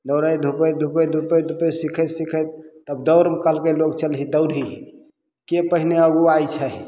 दौड़ैत धुपैत धुपैत धुपैत धुपैत सिखैत सिखैत तब दौड़ कहलकय लोग चलहि दौड़ही के पहिने अगुआइ छही